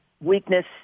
weakness